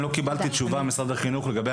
אני לא קיבלתי תשובה ממשרד החינוך לגבי